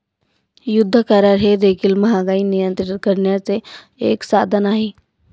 युद्ध करार हे देखील महागाई नियंत्रित करण्याचे एक साधन आहे